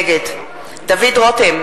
נגד דוד רותם,